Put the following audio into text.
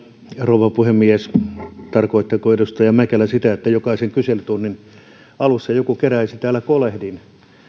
rouva puhemies tarkoittaako edustaja mäkelä sitä että jokaisen kyselytunnin alussa joku keräisi täällä kolehdin